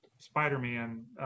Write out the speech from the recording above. Spider-Man